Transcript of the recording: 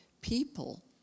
people